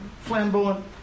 flamboyant